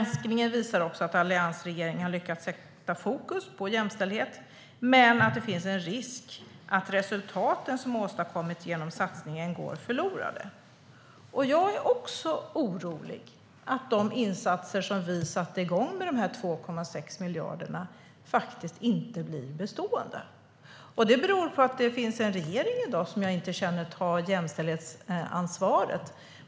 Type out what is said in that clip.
Granskningen visar också att alliansregeringen har lyckats sätta fokus på jämställdhet men att det finns en risk att de resultat som har åstadkommits genom satsningen går förlorade. Också jag är orolig för att de insatser som vi satte igång med de 2,6 miljarderna inte blir bestående. Det beror på att vi har en regering i dag som jag inte känner tar jämställdhetsansvaret.